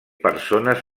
persones